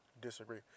disagree